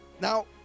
now